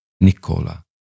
Nicola